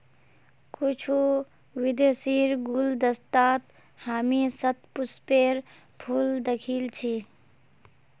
कुछू विदेशीर गुलदस्तात हामी शतपुष्पेर फूल दखिल छि